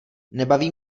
nebaví